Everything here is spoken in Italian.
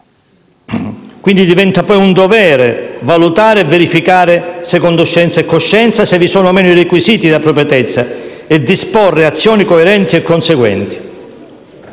quindi, poi un dovere valutare e verificare, secondo scienza e coscienza, se vi sono e no i requisiti di appropriatezza e disporre azioni coerenti e conseguenti.